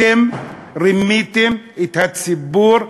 אתם רימיתם את הציבור,